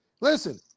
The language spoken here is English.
Listen